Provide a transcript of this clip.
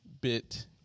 bit